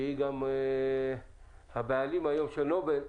שהיא היום גם הבעלים של נובל,